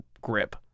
grip